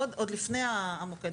עוד לפני המוקד.